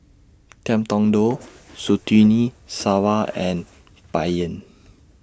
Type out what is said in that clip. Ngiam Tong Dow Surtini Sarwan and Bai Yan